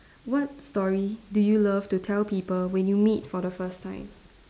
what story do you love to tell people when you meet for the first time